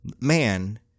man